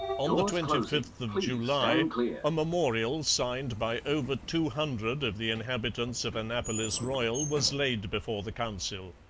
on the twenty fifth of july a memorial signed by over two hundred of the inhabitants of annapolis royal was laid before the council.